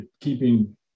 keeping